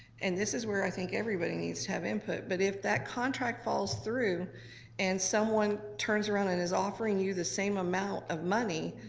and this is where i think everybody needs to have input, but if that contract falls through and someone turns around and is offering you the same amount of money,